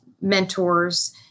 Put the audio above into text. mentors